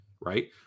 right